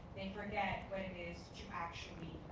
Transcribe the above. they forget what it is to actually be